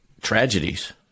tragedies